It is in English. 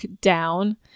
Down